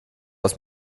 aus